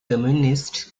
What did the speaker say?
communist